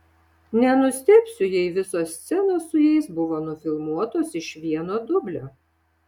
nenustebsiu jei visos scenos su jais buvo nufilmuotos iš vieno dublio